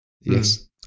Yes